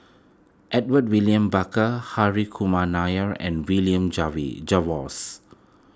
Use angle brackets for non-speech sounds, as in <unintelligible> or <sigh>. Edmund William Barker Harry Kumar Nair and William <unintelligible> Jervois